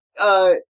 uh-